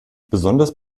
besonders